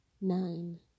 Nine